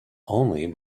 only